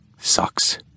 sucks